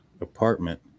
apartment